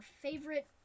favorite